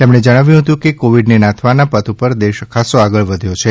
તેમણે જણાવ્યું હતું કે કોવીડને નાથવાના પથ ઉપર દેશ ખાસ્સો આગળ વધ્યો છે